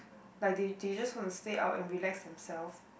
like they they just want to stay out and relax themselves